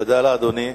תודה לאדוני.